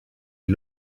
ils